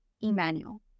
Emmanuel